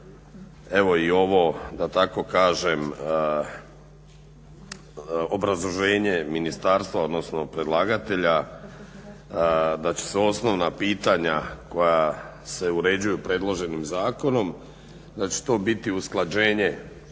evo i ovo, da tako kažem, obrazloženje Ministarstva odnosno predlagatelja da će se osnovna pitanja koja se uređuju predloženim zakonom, da će to biti usklađenje